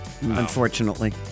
unfortunately